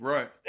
Right